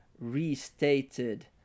restated